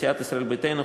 מסיעת ישראל ביתנו,